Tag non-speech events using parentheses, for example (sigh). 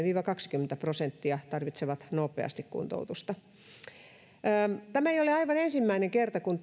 (unintelligible) viiva kaksikymmentä prosenttia joiden on arvioitu tarvitsevan nopeasti kuntoutusta tämä ei ole aivan ensimmäinen kerta kun (unintelligible)